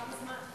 כמה זמן?